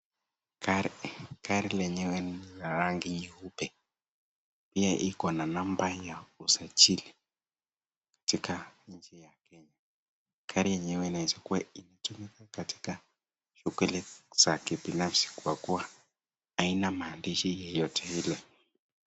Gari lenyewe ni la rangi nyeupe pia lina namba ya usajili katika nchi ya Kenya, gari enyewe inaweza kuwa inatumika katika shughuli za kibinafsi kwa kuwa haina maandishi yeyote ile.